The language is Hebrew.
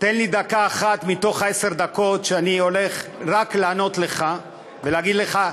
תן לי דקה אחת מתוך עשר הדקות שאני הולך לענות לך ולהגיד לך,